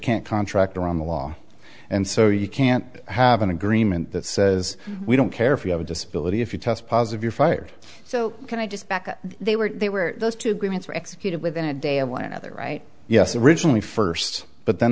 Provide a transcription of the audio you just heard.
can't contract around the law and so you can't have an agreement that says we don't care if you have a disability if you test positive you're fired so can i just back up they were there were those two agreements were executed within a day of one another right yes originally first but then